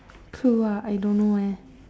clue ah I don't know leh